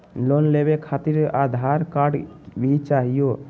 Loan लेवे खातिरआधार card भी चाहियो?